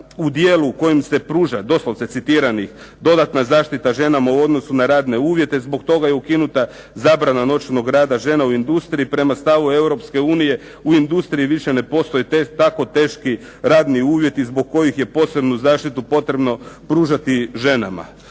u dijelu u kojem se pruža doslovce citiranih dodatna zaštita ženama u odnosu na radne uvjete. Zbog toga je ukinuta zabrana noćnog rada žena u industriji prema stavu Europske unije u industriji više ne postoje tako teški radni uvjeti zbog kojih je posebnu zaštitu potrebno pružati ženama.